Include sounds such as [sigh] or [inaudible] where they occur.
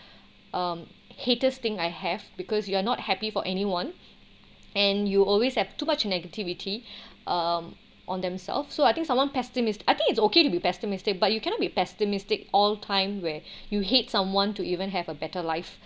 um hated thing I have because you are not happy for anyone and you always have too much negativity [breath] um on themselves so I think someone pessimist I think it's okay to be pessimistic but you cannot be pessimistic all time where [breath] you hate someone to even have a better life